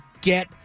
get